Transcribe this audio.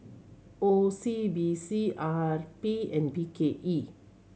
O C B C R P and B K E